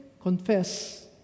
confess